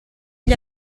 gli